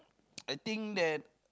I think that